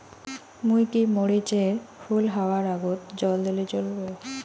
মুই কি মরিচ এর ফুল হাওয়ার আগত জল দিলে চলবে?